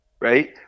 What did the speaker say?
right